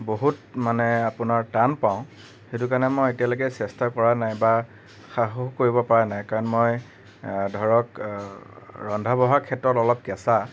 বহুত মানে আপোনাৰ টান পাওঁ সেইটো কাৰণে মই এতিয়ালেকে চেষ্টা কৰা নাই বা সাহো কৰিব পৰা নাই কাৰণ মই ধৰক ৰন্ধা বঢ়া ক্ষেত্ৰত অলপ কেঁচা